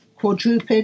Quadruped